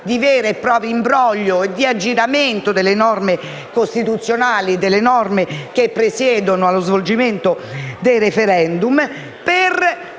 Grazie.